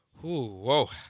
Whoa